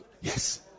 Yes